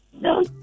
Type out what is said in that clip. No